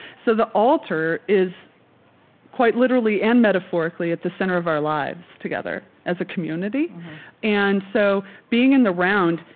so the altar is quite literally and metaphorically at the center of our lives together as a community and so being in the round,